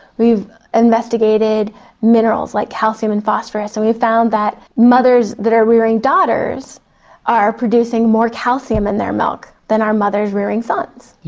we've investigated minerals like calcium and phosphorus, and we've found that mothers that are rearing daughters are producing more calcium in their milk than are mothers rearing sons.